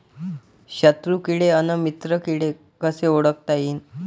शत्रु किडे अन मित्र किडे कसे ओळखता येईन?